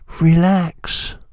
relax